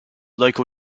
local